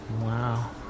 wow